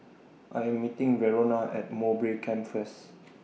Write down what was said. I Am meeting Verona At Mowbray Camp First